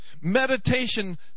Meditation